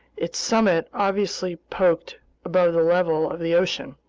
its summit obviously poked above the level of the ocean.